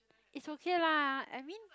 it's okay lah I mean